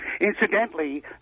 Incidentally